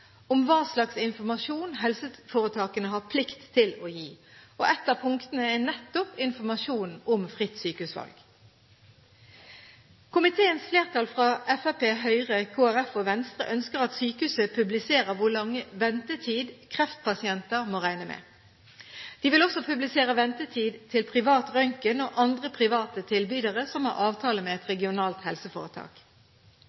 om hva slags informasjon helseforetakene har plikt til å gi, og et av punktene er nettopp informasjon om ordningen med fritt sykehusvalg. Komiteens flertall fra Fremskrittspartiet, Høyre og Kristelig Folkeparti og Venstre ønsker at sykehuset publiserer hvor lang ventetid kreftpasienter må regne med. De vil også publisere ventetid til privat røntgen og andre private tilbydere som har avtale med et